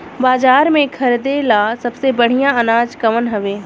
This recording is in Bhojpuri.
बाजार में खरदे ला सबसे बढ़ियां अनाज कवन हवे?